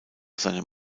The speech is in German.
seinem